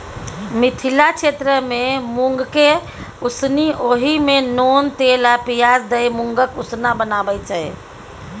मिथिला क्षेत्रमे मुँगकेँ उसनि ओहि मे नोन तेल आ पियाज दए मुँगक उसना बनाबै छै